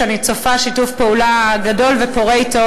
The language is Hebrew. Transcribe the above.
שאני צופה שיתוף פעולה גדול ופורה אתו